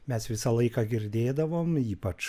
mes visą laiką girdėdavom ypač